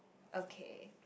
okay